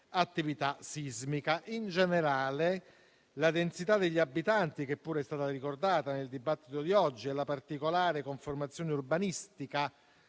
attività sismica. In generale, la densità degli abitanti, che pure è stata ricordata nel dibattito di oggi, e la particolare conformazione urbanistica